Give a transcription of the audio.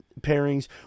pairings